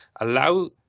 allow